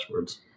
dashboards